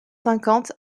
cinquante